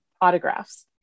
autographs